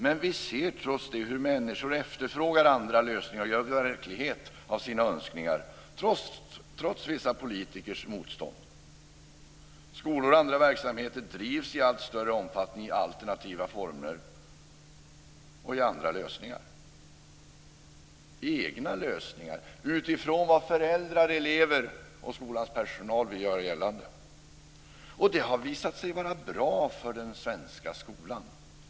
Men vi ser hur människor efterfrågar andra lösningar och vill göra verklighet av sina önskningar, trots vissa politikers motstånd. Skolor och andra verksamheter drivs i allt större omfattning i alternativa former och i andra lösningar - egna lösningar utifrån vad föräldrar, elever och skolans personal vill göra gällande. Det har visat sig vara bra för den svenska skolan.